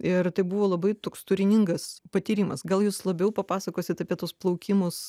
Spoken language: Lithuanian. ir tai buvo labai toks turiningas patyrimas gal jūs labiau papasakosit apie tuos plaukimus